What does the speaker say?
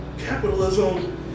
Capitalism